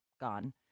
gone